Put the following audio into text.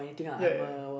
ya ya